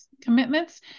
commitments